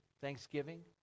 Thanksgiving